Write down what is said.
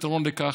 הפתרון לכך,